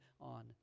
on